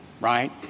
right